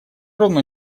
равно